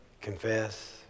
confess